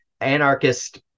anarchist